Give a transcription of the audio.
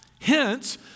Hence